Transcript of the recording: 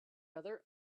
other